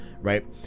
right